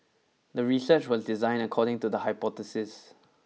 the research was designed according to the hypothesis